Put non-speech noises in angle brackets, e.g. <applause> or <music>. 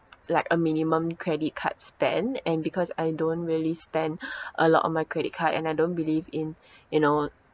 like a minimum credit card spend and because I don't really spend <breath> a lot on my credit card and I don't believe in you know